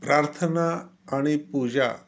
प्रार्थना आणि पूजा